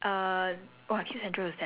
ya last time yes